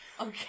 okay